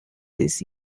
this